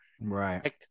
Right